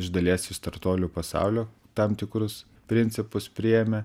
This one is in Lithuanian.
iš dalies iš startuolių pasaulio tam tikrus principus priėmė